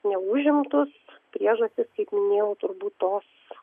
neužimtus priežastys kaip minėjau turbūt tos